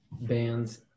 bands